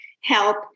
help